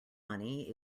money